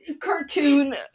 cartoon